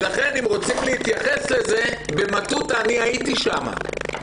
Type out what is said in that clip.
לכן אם רוצים להתייחס לזה, במטותא, אני הייתי שם.